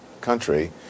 country